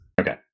Okay